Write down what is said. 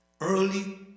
Early